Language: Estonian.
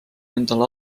endale